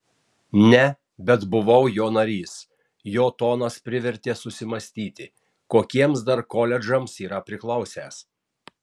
ne bet buvau jo narys jo tonas privertė susimąstyti kokiems dar koledžams yra priklausęs